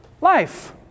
Life